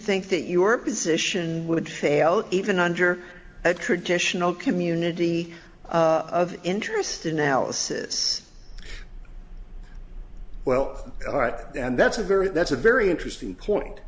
think that your position would fail even under a traditional community of interest analysis well right and that's a very that's a very interesting point